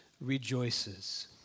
rejoices